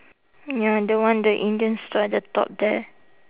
ya the one the indian store at the top there